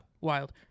wild